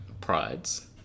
Prides